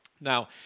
Now